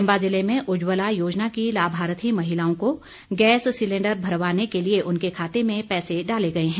चंबा ज़िले में उज्जवला योजना की लाभार्थी महिलाओं को गैस सिलेंडर भरवाने के लिए उनके खाते में पैसे डाले गए हैं